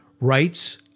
rights